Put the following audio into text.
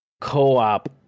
co-op